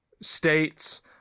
states